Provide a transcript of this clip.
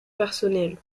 personnelle